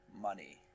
money